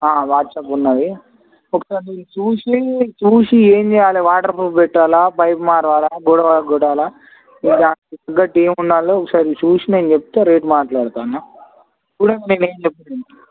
WhatsApp ఉన్నది ఒకసారీ చూసి చూసి ఏం చేయాలి వాటర్ప్రూఫ్ పెట్టాలా పైప్ మారచాలా గొడ గూడాలా లేదా టీం ఉన్నాలో ఒకసారి చూసి నేను చెప్తే రేట్ మాట్లాడతాను కూ కూడా నేను